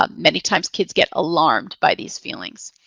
um many times kids get alarmed by these feelings.